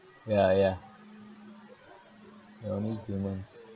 ya ya we're only humans